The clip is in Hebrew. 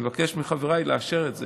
אני מבקש מחבריי לאשר את זה.